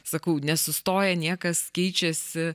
sakau nesustoja niekas keičiasi